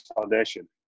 foundation